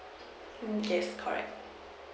yes correct